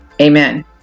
amen